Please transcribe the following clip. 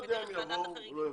לא יודע אם יבואו או לא יבואו,